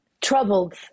troubled